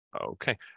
okay